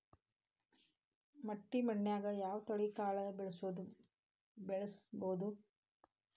ಮಟ್ಟಿ ಮಣ್ಣಾಗ್, ಯಾವ ತಳಿ ಕಾಳ ಬೆಳ್ಸಬೋದು?